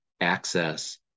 access